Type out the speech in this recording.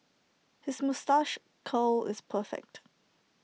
his moustache curl is perfect